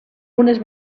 unes